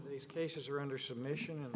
these cases are under submission